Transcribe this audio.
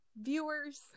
Viewers